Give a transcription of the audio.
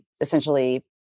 essentially